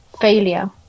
failure